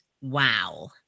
wow